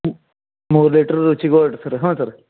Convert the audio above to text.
ಹ್ಞೂ ಮೂರು litre Ruchi gold sir ಹ್ಞೂ ಸರ